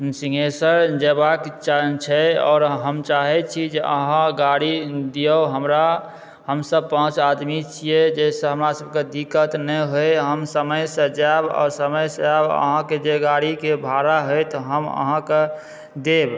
हमरा सिन्हेश्वर जेबाक चान्स छै आओर हम चाहै छी जे अहाँ गाड़ी दियौ हमरा हमसभ पाँच आदमी छियै जाहिसँ हमरा सभके दिक्कत नहि होइ हम समयसँ जायब आओर समयसँ आयब अहाँके जे गाड़ी के भाड़ा हैत हम अहाँकेॅं देब